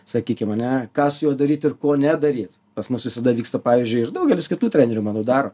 sakykime ar ne ką su juo daryt ir ko nedaryt pas mus visada vyksta pavyzdžiui ir daugelis kitų trenerių manau daro